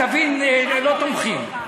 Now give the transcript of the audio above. תבין, לא תומכים.